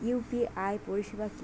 UPI পরিসেবা কি?